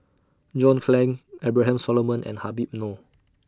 John Clang Abraham Solomon and Habib Noh